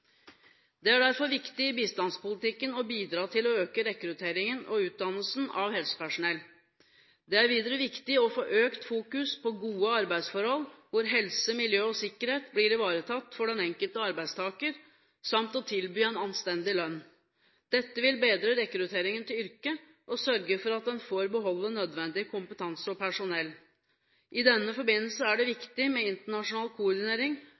Det er derfor viktig i bistandspolitikken å bidra til å øke rekrutteringen og utdannelsen av helsepersonell. Det er videre viktig å få økt fokus på gode arbeidsforhold hvor helse, miljø og sikkerhet blir ivaretatt for den enkelte arbeidstaker samt å tilby en anstendig lønn. Dette vil bedre rekrutteringen til yrket og sørge for at en får beholde nødvendig kompetanse og personell. I denne forbindelse er det viktig med internasjonal koordinering,